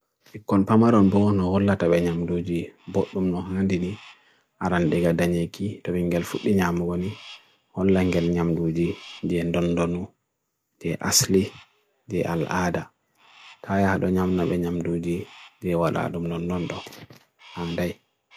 konpama ron boon holla ta benyam duji boot dum nohan dini aran dega danyeki do bingel fut dinyam ugoni holla nge nyam duji jien dun duno jie asli jie alaada ta ya adonyam na benyam duji jie wala adum nondon do han day